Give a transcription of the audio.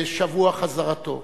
בשבוע חזרתו.